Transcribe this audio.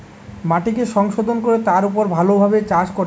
মাটিকে সংশোধন কোরে তার উপর ভালো ভাবে চাষ করে